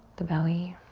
the belly.